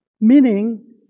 meaning